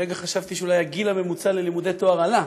לרגע חשבתי שאולי הגיל הממוצע ללימודי תואר עלה.